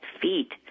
feet